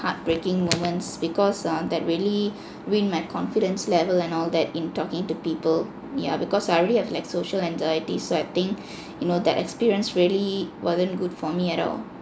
heartbreaking moments because ah that really ruined my confidence level and all that in talking to people yeah because I already have like social anxiety so I think you know that experience really wasn't good for me at all